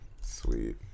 Sweet